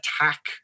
attack